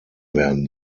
werden